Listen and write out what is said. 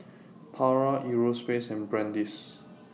Pura Europace and Brand's